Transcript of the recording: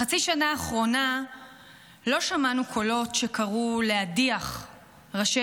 בחצי השנה האחרונה לא שמענו קולות שקראו להדיח ראשי